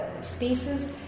spaces